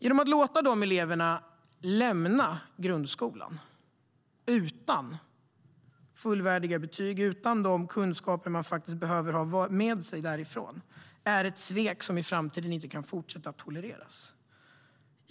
Att låta dessa elever lämna grundskolan utan fullvärdiga betyg och utan de kunskaper som de behöver ha med sig därifrån är ett svek som vi i framtiden inte kan fortsätta att tolerera.